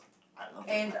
I love that book